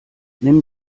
nimm